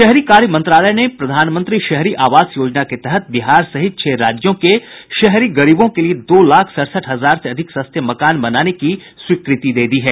शहरी कार्य मंत्रालय ने प्रधानमंत्री शहरी आवास योजना के तहत बिहार सहित छह राज्यों के शहरी गरीबों के लिए दो लाख सड़सठ हजार से अधिक सस्ते मकान बनाने की स्वीकृति दी है